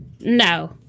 No